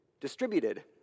Distributed